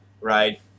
Right